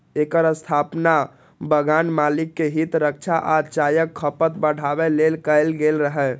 एकर स्थापना बगान मालिक के हित रक्षा आ चायक खपत बढ़ाबै लेल कैल गेल रहै